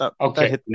okay